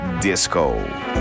Disco